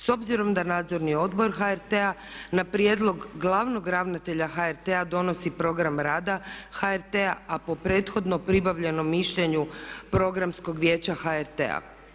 S obzirom da Nadzorni odbor HRT-a na prijedlog glavnog ravnatelja HRT-a donosi program rada HRT-a a po prethodno pribavljenom mišljenju Programskog vijeća HRT-a.